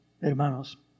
Hermanos